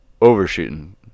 overshooting